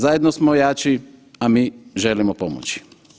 Zajedno smo jači, a mi želimo pomoći.